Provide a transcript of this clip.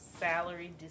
salary